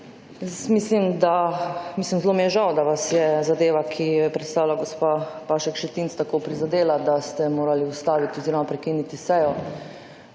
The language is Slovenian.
zelo mi je žal, da vas je zadeva, ki jo je predstavila gospa Pašek Šetinc, tako prizadela, da ste morali ustaviti oziroma prekiniti sejo,